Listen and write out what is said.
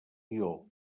guió